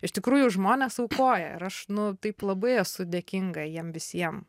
iš tikrųjų žmonės aukoja ir aš nu taip labai esu dėkinga jiem visiem